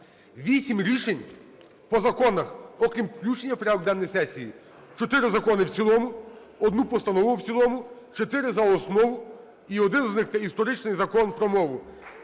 вісім рішень по законах, окрім включення в порядок денний сесії: чотири закони в цілому, одну постанову в цілому, чотири за основу і один з них – це історичний Закон про мову.